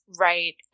Right